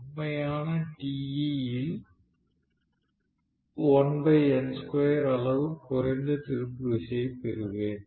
உண்மையான Te ல் அளவு குறைந்த திருப்பு விசையை பெறுவேன்